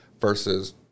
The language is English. versus